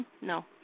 no